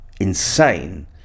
insane